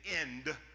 end